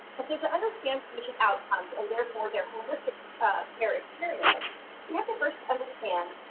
so to understand patient outcomes and therefore their holistic pair experience we have to first understand.